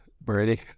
Brady